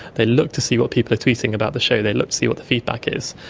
they look to see what people are tweeting about the show, they look to see what the feedback is.